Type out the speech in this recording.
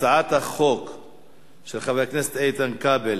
הצעת החוק של חבר הכנסת איתן כבל,